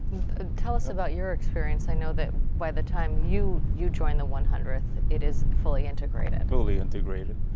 and tell us about your experience. i know that by the time you you joined the one hundredth, it is fully integrated. fully integrated.